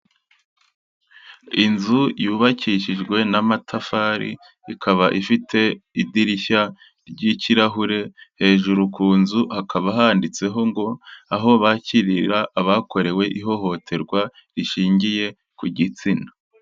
Inzu yubakishijwe n'amatafari, ikaba ifite idirishya ry'ikirahure, hejuru ku nzu hakaba handitseho ngo: aho bakirira abakorewe ihohoterwa rishingiye ku gitsina.